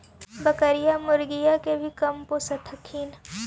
बकरीया, मुर्गीया के भी कमपोसत हखिन?